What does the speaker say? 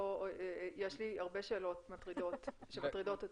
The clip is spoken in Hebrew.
כי יש לי הרבה שאלות שמטרידות אותי.